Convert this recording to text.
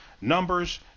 Numbers